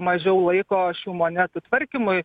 mažiau laiko šių monetų tvarkymui